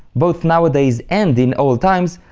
both nowadays and in old times,